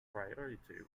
priority